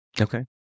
Okay